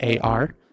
AR